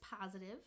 positive